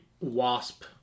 Wasp